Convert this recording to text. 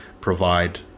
provide